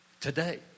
today